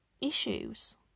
issues